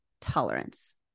tolerance